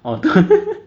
orh two hundred metres